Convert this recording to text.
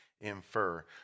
infer